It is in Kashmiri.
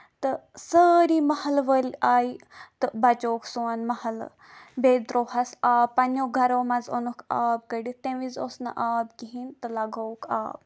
تہٕ سٲری محلہٕ وٲلۍ آیہِ تہٕ بَچوُکھ سون محلہٕ بیٚیہِ تراو ہَس آب پَنٕنیو گرو منٛز اوٚنُکھ آب کٔڈِتھ تَمہِ وِزِ اوس نہٕ آب کِہینۍ تہٕ لگوٚوُکھ آب